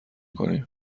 کنیم